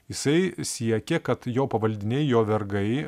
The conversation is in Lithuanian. jisai siekė kad jo pavaldiniai jo vergai